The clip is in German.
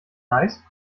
eis